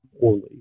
poorly